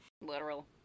Literal